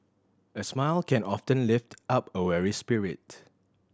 a smile can often lift up a weary spirit